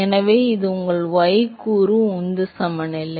எனவே இது உங்கள் y கூறு உந்த சமநிலை